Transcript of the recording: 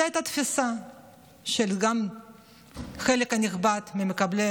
זאת הייתה התפיסה גם של חלק נכבד ממקבלי